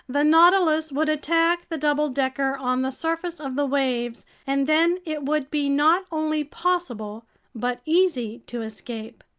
the nautilus would attack the double-decker on the surface of the waves, and then it would be not only possible but easy to escape.